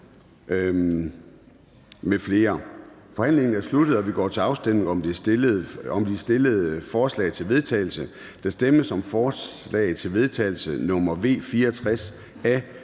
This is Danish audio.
Forhandlingen er allerede sluttet, og vi går til afstemning om det fremsatte forslag til vedtagelse. Der stemmes om forslag til vedtagelse nr. V 64 af